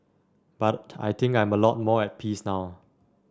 but I think I'm a lot more at peace now